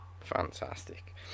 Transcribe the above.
fantastic